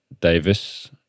Davis